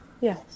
Yes